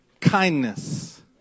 kindness